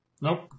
Nope